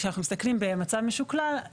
כשאנחנו מסתכלים במצב משוקלל,